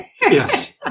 Yes